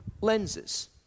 lenses